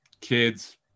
kids